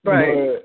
Right